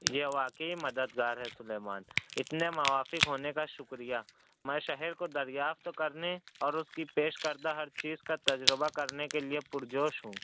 یہ واقعی مددگار ہے سلیمان اتنے موافق ہونے کا شُکریہ میں شہر کو دریافت کرنے اور اُس کی پیش کردہ ہر چیز کا تجربہ کرنے کے لیے پُرجوش ہوں